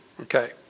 Okay